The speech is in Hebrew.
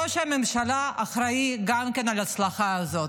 ראש הממשלה גם כן אחראי להצלחה הזאת.